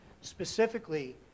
Specifically